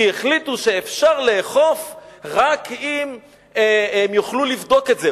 כי החליטו שאפשר לאכוף רק אם הם יוכלו לבדוק את זה.